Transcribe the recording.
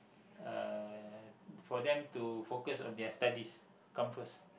uh for them to focus on their studies come first